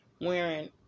wearing